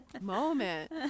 moment